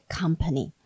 company